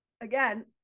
again